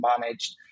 managed